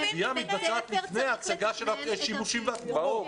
הגבייה מתבצעת לפני הצגה של השימושים והתמורות.